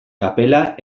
kapela